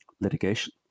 litigation